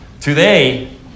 today